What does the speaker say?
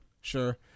Sure